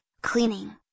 cleaning